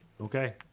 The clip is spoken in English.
Okay